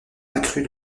accrue